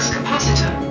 Capacitor